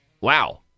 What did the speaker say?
wow